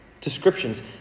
descriptions